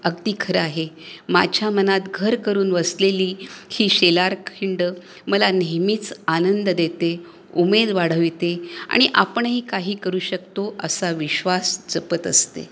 अगदी खरं आहे माझ्या मनात घर करून बसलेली ही शेलारखिंड मला नेहमीच आनंद देते उमेद वाढविते आणि आपणही काही करू शकतो असा विश्वास जपत असते